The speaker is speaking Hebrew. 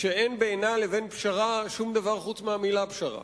שאין בינה לבין פשרה שום דבר חוץ מהמלה "פשרה".